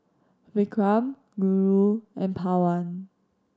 vikram Guru and Pawan